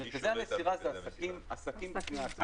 מרכזי המסירה הם עסקים בפני עצמם,